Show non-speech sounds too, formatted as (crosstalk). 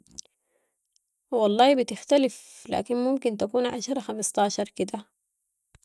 (noise) والله بتختلف، لكن ممكن تكون عشرة خمسطاشر كده.